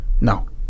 No